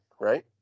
right